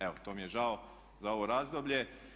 Evo, to mi je žao za ovo razdoblje.